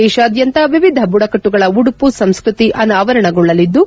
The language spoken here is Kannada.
ದೇಶಾದ್ಯಂತ ವಿವಿಧ ಬುಡಕಟ್ಲುಗಳ ಉಡುಪು ಸಂಸ್ಕೃತಿ ಅನಾವರಣಗೊಳ್ಳಲಿದ್ದು